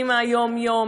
עם היום-יום,